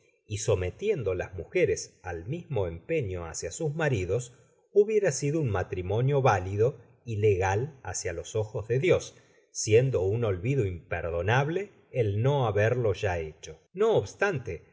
y sometiendo las mujeres al mismo empeño hacia sus maridos hubiera sido un matrimonio válido y legal hácia los ojos de dios siendo un olvido imperdonable el no haberlo ya hecho no obstante